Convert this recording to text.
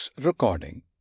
recording